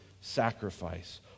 sacrifice